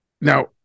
Now